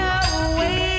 away